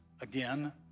again